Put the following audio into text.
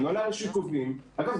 אגב,